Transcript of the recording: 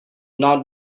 not